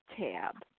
tab